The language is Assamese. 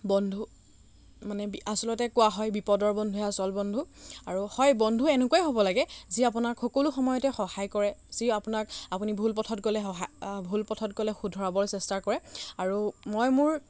বন্ধু মানে আচলতে কোৱা হয় বিপদৰ বন্ধুহে আচল বন্ধু আৰু হয় বন্ধু এনেকুৱাই হ'ব লাগে যি আপোনাক সকলো সময়তে সহায় কৰে যি আপোনাক আপুনি ভুল পথত ভুল পথত গ'লে শুধৰাবৰ চেষ্টা কৰে আৰু মই মোৰ